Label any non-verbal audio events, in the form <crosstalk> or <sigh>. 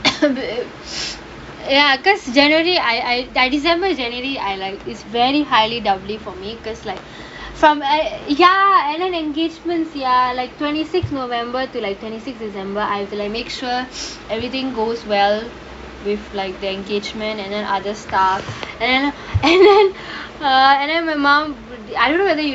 <noise> ya because january I I december january I I highly doubtly for me because like from err ya and then engagements sia like twenty six november to like twenty six december I make sure everything goes well with like the engagement and other stuff and then <laughs> and then err then <laughs> my mom I don't know whether you